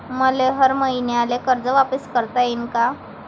मले हर मईन्याले कर्ज वापिस करता येईन का?